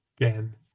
again